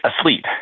asleep